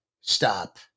stop